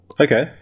Okay